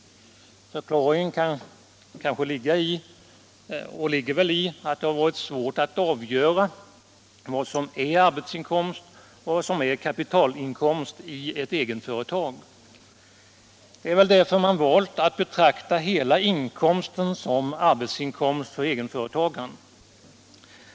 Förklaringen ligger väl i att det varit svårt att avgöra vad som är arbetsinkomst och vad som är kapitalinkomst i ett egenföretag. Det är väl därför man valt att betrakta hela inkomsten som arbetsinkomst för egenföretagarna.